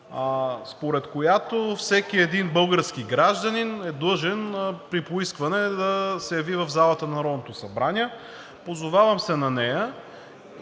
според която всеки български гражданин е длъжен при поискване да се яви в залата на Народното събрание. Позовавам се на нея.